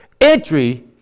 entry